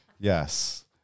yes